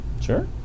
Sure